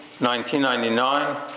1999